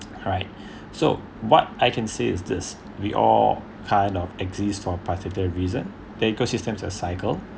alright so what I can say is this we all kind of exist for a particular reason the ecosystem is a cycle